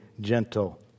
gentle